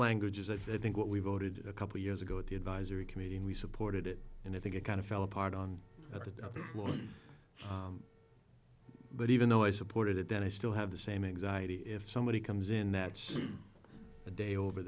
language is i think what we voted a couple years ago at the advisory committee and we supported it and i think it kind of fell apart on at the floor but even though i supported it then i still have the same exact if somebody comes in that a day over